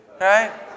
right